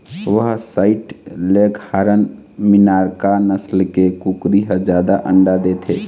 white leghorn, Minorca नसल के कुकरी ह जादा अंडा देथे